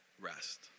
rest